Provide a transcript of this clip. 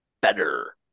better